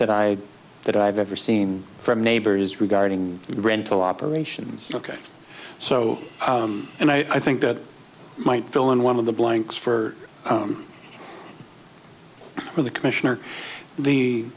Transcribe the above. that i that i've ever seen from neighbors regarding rental operations ok so and i think that might fill in one of the blanks for the commissioner the